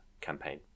campaign